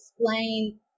explain